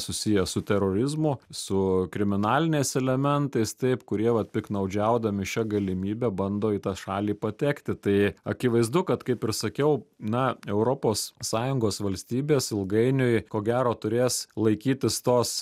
susiję su terorizmu su kriminaliniais elementais taip kurie vat piktnaudžiaudami šia galimybe bando į tą šalį patekti tai akivaizdu kad kaip ir sakiau na europos sąjungos valstybės ilgainiui ko gero turės laikytis tos